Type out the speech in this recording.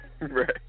Right